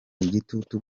igitutu